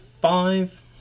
five